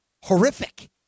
horrific